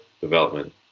development